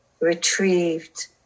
retrieved